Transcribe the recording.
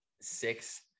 six